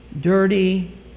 dirty